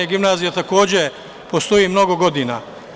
Gimnazija takođe postoji mnogo godina.